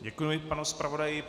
Děkuji panu zpravodaji.